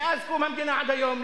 מאז קום המדינה עד היום,